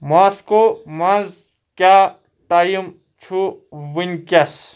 Moscow منٛز کیاہ time چھُ وٕنکیٚس ؟